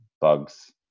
bugs